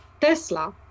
Tesla